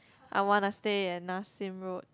I wanna stay at Nassim road